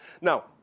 Now